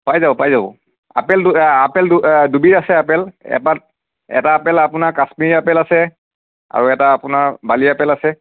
পাই যাব পাই যাব আপেল দু আপেল দু দুবিধ আছে আপেল এটা এটা আপেল আপোনাৰ কাশ্মীৰী আপেল আছে আৰু এটা আপোনাৰ বালি আপেল আছে